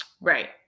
Right